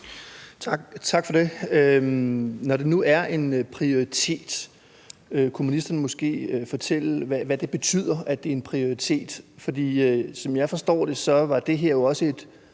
Tak for det. Når det nu er en prioritet, kunne ministeren måske fortælle, hvad det betyder, at det er en prioritet. For som jeg forstår det, var det her jo også et